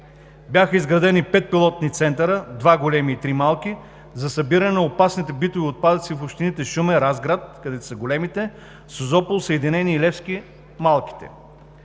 Бяха изградени пет пилотни центъра – два големи и три малки, за събиране на опасните битови отпадъци в общините Шумен, Разград – големите, Созопол, Съединение и Левски – малките.